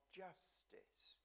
justice